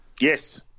Yes